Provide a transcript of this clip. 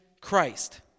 Christ